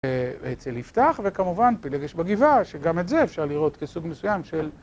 אצל יפתח וכמובן פלגש בגבעה שגם את זה אפשר לראות כסוג מסוים של